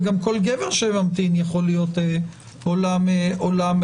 וגם כל גבר שממתין יכול להיות עולם ומלואו,